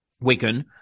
Wigan